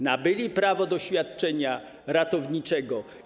Nabyli oni prawo do świadczenia ratowniczego.